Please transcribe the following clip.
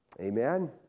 Amen